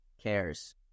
cares